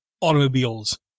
automobiles